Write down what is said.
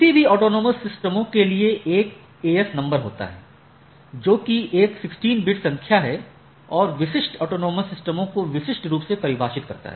किसी भी ऑटॉनमस सिस्टमों के लिए एक AS नंबर होता है जोकि एक 16 बिट संख्या है और विशिष्ट ऑटोनॉमस सिस्टम को विशिष्ट रूप से परिभाषित करता है